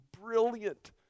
brilliant